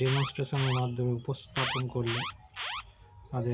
demonstration এর মাধ্যমে উপস্থাপন করলে তাদের